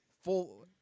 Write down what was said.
full